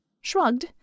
shrugged